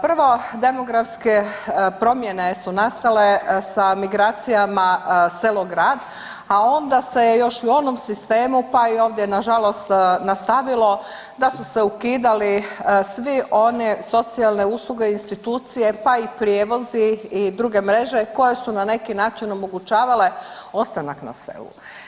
Prvo, demografske promjene su nastale sa migracijama selo grad, a onda se još i u onom sistemu, pa i ovdje nažalost nastavilo da su se ukidali svi one socijalne usluge i institucije, pa i prijevozi i druge mreže koje su na neki način omogućavale ostanak na selu.